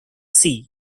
sea